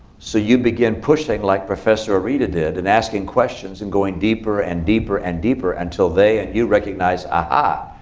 so you begin pushing like professor areeda did, and asking questions, and going deeper, and deeper, and deeper, until they and you recognize, aha,